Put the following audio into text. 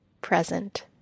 present